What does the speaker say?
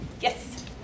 Yes